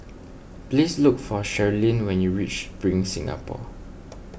please look for Sherilyn when you reach Spring Singapore